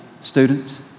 students